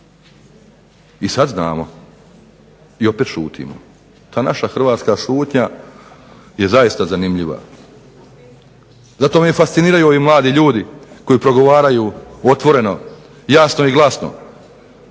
I sad znamo, i opet šutimo. Ta naša hrvatska šutnja je zaista zanimljiva, zato me i fasciniraju ovi mladi ljudi koji progovaraju otvoreno, jasno i glasno,